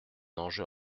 enjeu